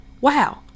wow